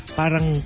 parang